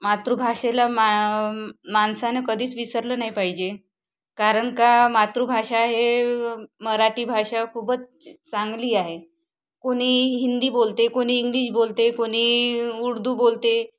मातृभाषेला मा माणसानं कधीच विसरलं नाही पाहिजे कारण का मातृभाषा हे मराठी भाषा खूपच चांगली आहे क कोणी हिंदी बोलते कोणी इंग्लिश बोलते कोणी उर्दू बोलते